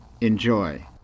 Enjoy